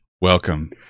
welcome